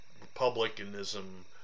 republicanism